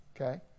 okay